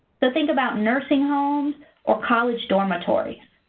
so think about nursing homes or college dormitories.